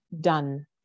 done